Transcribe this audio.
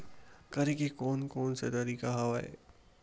करे के कोन कोन से तरीका हवय?